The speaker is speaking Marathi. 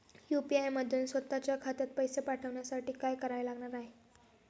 यू.पी.आय मधून स्वत च्या खात्यात पैसे पाठवण्यासाठी काय करावे लागणार आहे?